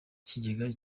kigega